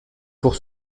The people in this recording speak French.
pour